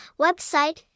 website